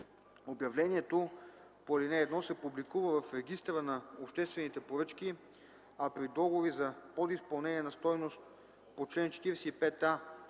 Обявлението по ал. 1 се публикува в Регистъра на обществените поръчки, а при договори за подизпълнение на стойност по чл. 45а,